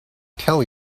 tell